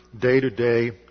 day-to-day